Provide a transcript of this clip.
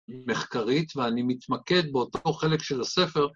‫מחקרית, ואני מתמקד ‫באותו חלק של הספר.